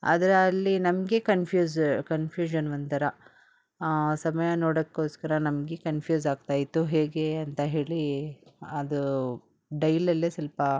ಅದರಲ್ಲಿ ನಮಗೆ confuse confusion ಒಂಥರ ಸಮಯ ನೋಡೋಕ್ಕೋಸ್ಕರ ನಮಗೆ ಕನ್ಫ್ಯೂಸಾಗ್ತಾಯಿತ್ತು ಹೇಗೆ ಅಂತ ಹೇಳಿ ಅದು ಡೈಲಲ್ಲೇ ಸ್ವಲ್ಪ